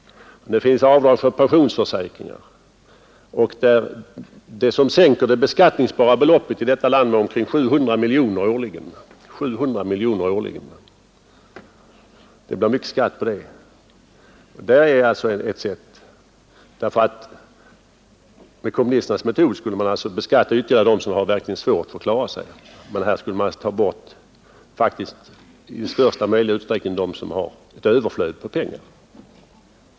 Vidare har vi avdraget för pensionsförsäkringar, som sammanlagt sänker det beskattningsbara beloppet i vårt land med omkring 700 miljoner kronor årligen. Det blir mycket skatt på ett så stort belopp. Med kommunisternas metod skulle man beskatta dem som verkligen har svårt för att klara sig; i stället borde man i största möjliga utsträckning inrikta sig på dem som har ett överflöd av pengar och gör dem avdragsgilla vid beskattningen.